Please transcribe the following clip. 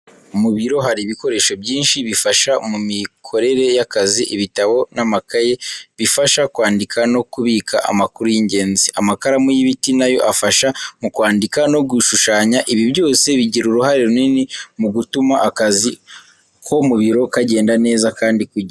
Mu biro, hari ibikoresho byinshi bifasha mu mikorere y'akazi. Ibitabo n'amakayi bifasha kwandika no kubika amakuru y'ingenzi. Amakaramu y'ibiti, nayo afasha mu kwandika no gushushanya. Ibi byose bigira uruhare runini mu gutuma akazi ko mu biro kagenda neza kandi ku gihe.